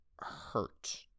hurt